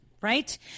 right